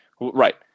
Right